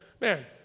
man